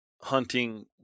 hunting